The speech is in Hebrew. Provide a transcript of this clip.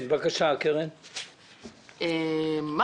קרן, בבקשה.